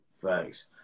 thanks